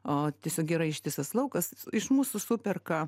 o tiesiog yra ištisas laukas iš mūsų superka